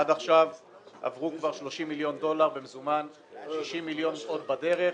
עד עכשיו עברו כבר 30 מיליון דולר במזומן ו- 60 מיליון דולר בדרך,